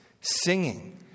singing